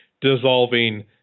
dissolving